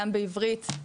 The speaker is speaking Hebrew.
גם בעברית,